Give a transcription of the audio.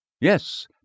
Yes